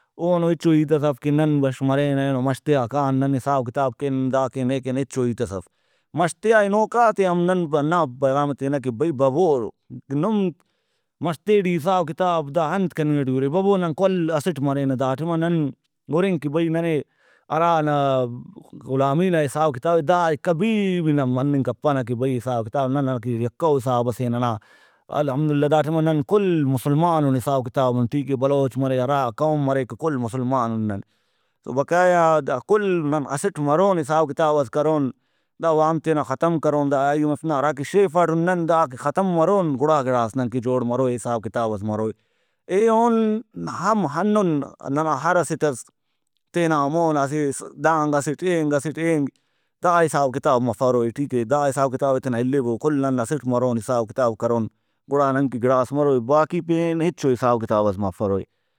اوہنو ہچو ہیتس اف کہ نن بش مرین اینو مشتے آ کان نن حساب can the can a can ہچو ہیتس اف مَشتیا ہنوکاتے ہم نن ہنا پیغامے تینہ کہ بھئی ببو نم مَشتے ٹی حساب کتاب داانت کننگ ٹی اُرے ببو نن کل اسٹ مرینہ دا ٹائما نن ہُرن کہ بھئی ننے ہرانا غلامی نا حساب کتابے دا ئے کبھی بھی نن مننگ کپنہ کہ بھئی حساب کتاب نہ ننکہ یکہ او حساب سے ننا الحمد للہ ا ٹائما نن کل مسلمانُن حساب کتابُن ٹھیکے بلوچ مرے ہرا قوم مرے کل مسلمانُن نن تو بقایا دا کل نن اسٹ مرون حساب کتابس کرون دا وام تینا ختم کرون دا آئی ایم ایف نا ہرا کہ شیفاٹُن نن دا کہ ختم مرون گُڑا گڑاس ننکہ جوڑ مروئے حساب کتابس مروئے ایہن ہم ہندن ننا ہر اسٹ ئس تینا مون اسہ دانگ اسٹ اینگ اسٹ اینگ دا حساب کتاب مفروئے ٹھیکے۔ داحساب کتابے تینا الیبو کل نن اسٹ مرون حساب کتاب کرون گڑا ننکہ گڑاس مروئے باقی پین ہچو حساب کتابس مفروئے۔